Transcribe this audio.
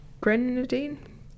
Grenadine